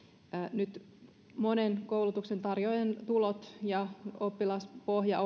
nyt monen koulutuksentarjoajan tulot ja oppilaspohja